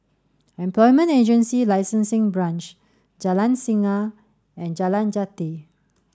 Employment Agency Licensing Branch Jalan Singa and Jalan Jati